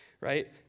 right